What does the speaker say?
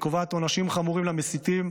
היא קובעת עונשים חמורים למסיתים,